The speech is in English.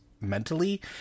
mentally